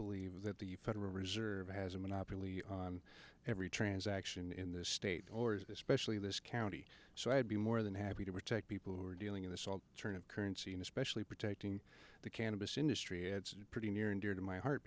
believe that the federal reserve has a monopoly on every transaction in this state or is especially in this county so i would be more than happy to protect people who are dealing in this alternative currency and especially protecting the cannabis industry it's pretty near and dear to my heart